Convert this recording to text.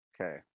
Okay